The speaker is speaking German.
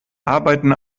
arbeiten